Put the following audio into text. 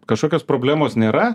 kažkokios problemos nėra